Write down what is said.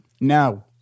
No